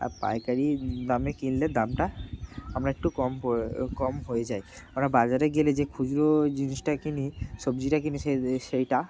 আর পাইকারি দামে কিনলে দামটা আমরা একটু কম পড় কম হয়ে যায় আমরা বাজারে গেলে যে খুচরো জিনিসটা কিনি সবজিটা কিনি সে সেইটা